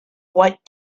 what